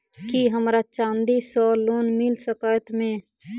की हमरा चांदी सअ लोन मिल सकैत मे?